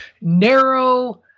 narrow